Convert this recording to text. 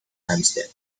hempstead